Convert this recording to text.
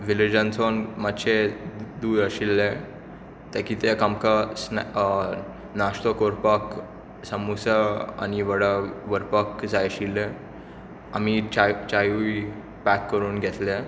विलेजानसून मातशें दूर आशिल्लें कित्याक आमकां नाश्तो करपाक सामूसा आनी वडा व्हरपाक जाय आशिल्ले आमी चाय चावूय पॅक करून घेतल्या